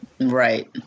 Right